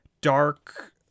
dark